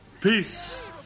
Peace